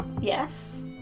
Yes